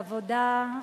העבודה,